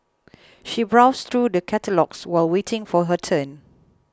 she browsed through the catalogues while waiting for her turn